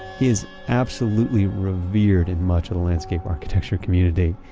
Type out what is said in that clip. he is absolutely revered in much of the landscape architecture community.